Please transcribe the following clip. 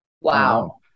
wow